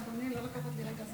עם ישראל, רציתי לומר לכם משהו.